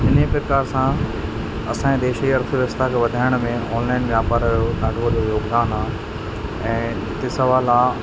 इन प्रकार सां असांजे देश जी अर्थव्यवस्था खे वधाइण में ऑनलाइन वापार जो ॾाढो वॾो योगदानु आहे ऐं तिसावाला